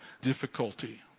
difficulty